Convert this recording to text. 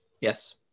yes